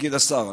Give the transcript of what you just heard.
יגיד השר,